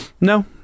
No